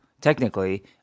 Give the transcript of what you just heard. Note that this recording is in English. technically